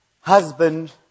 husband